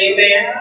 Amen